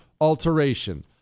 alteration